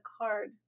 card